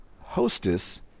hostess